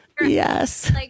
Yes